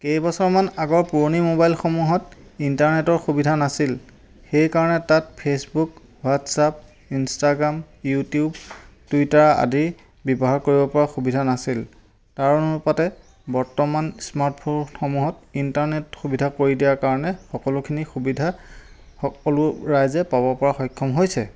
কেইবছৰমান আগৰ পুৰণি মোবাইলসমূহত ইণ্টাৰনেটৰ সুবিধা নাছিল সেইকাৰণে তাত Facebook WhatsApp Instagram YouTube Twitter আদি ব্যৱহাৰ কৰিব পৰা সুবিধা নাছিল তাৰ অনুপাতে বৰ্তমান স্মাৰ্টফোনসমূহত ইণ্টাৰনেটৰ সুবিধা কৰি দিয়াৰ কাৰণে সকলোখিনি সুবিধা সকলো ৰাইজে পাব পৰাৰ সক্ষম হৈছে